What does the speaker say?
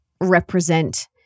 represent